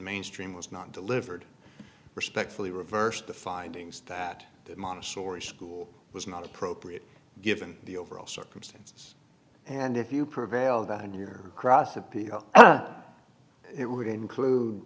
mainstream was not delivered respectfully reversed the findings that the montessori school was not appropriate given the overall circumstances and if you prevailed on your cross appeal it would